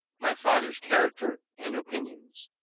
my father's character and opinions